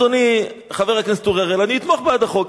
אדוני היושב-ראש,